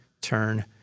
turn